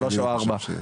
שלוש וארבע דירות.